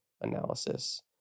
analysis